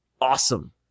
awesome